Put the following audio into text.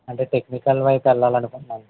అదే టెక్నికల్ వైపు వెళ్ళాలి అనుకుంటున్నాను